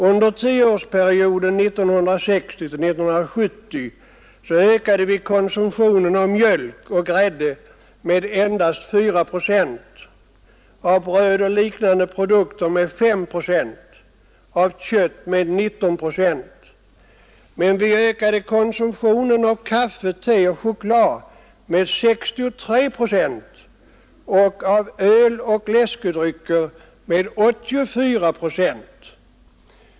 Under tioårsperioden 1960-1970 ökade vi vår konsumtion av mjölk och grädde med endast 4 procent, vi ökade konsumtionen av bröd och liknande produkter med 5 procent och av kött med 19 procent — men vi ökade konsumtionen av kaffe, te och choklad med 63 procent och av öl och läskedrycker med 84 procent.